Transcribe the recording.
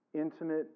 intimate